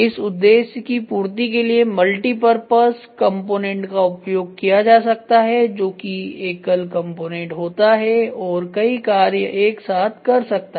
इस उद्देश्य की पूर्ति के लिए मल्टी पर्पस कंपोनेंट का उपयोग किया जा सकता है जोकि एकल कंपोनेंट होता है और कई कार्य एक साथ कर सकता है